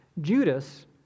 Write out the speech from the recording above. Judas